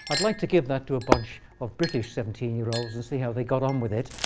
but like to give that to a bunch of british seventeen year olds and see how they got on with it.